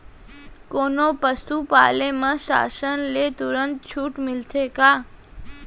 कोनो पसु पाले म शासन ले तुरंत छूट मिलथे का?